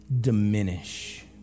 diminish